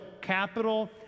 capital